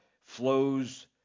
flows